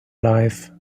life